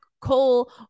Cole